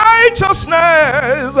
Righteousness